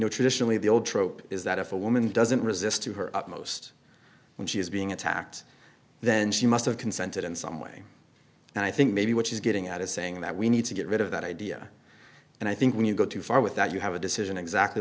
know traditionally the old trope is that if a woman doesn't resist to her utmost when she is being attacked then she must have consented in some way and i think maybe which is getting out is saying that we need to get rid of that idea and i think when you go too far with that you have a decision exactly